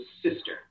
sister